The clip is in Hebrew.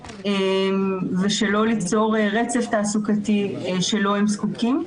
ולא ליצור רצף תעסוקתי שלו הם זקוקים.